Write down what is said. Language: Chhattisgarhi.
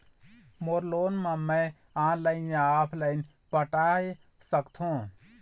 मोर लोन ला मैं ऑनलाइन या ऑफलाइन पटाए सकथों?